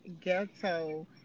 Ghetto